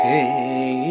Hey